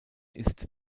ist